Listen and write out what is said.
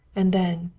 and then,